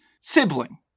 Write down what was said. sibling